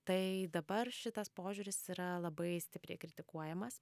tai dabar šitas požiūris yra labai stipriai kritikuojamas